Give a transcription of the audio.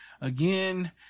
again